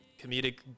comedic